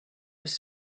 was